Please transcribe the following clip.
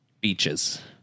beaches